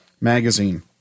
magazine